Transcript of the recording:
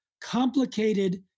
complicated